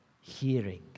hearing